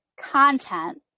content